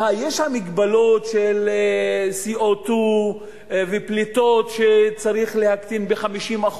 יש המגבלות של co2 ופליטות שצריך להקטין ב-50%,